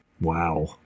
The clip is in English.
Wow